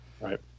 Right